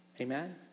Amen